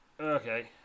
Okay